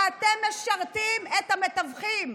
אתם משרתים את המתווכים,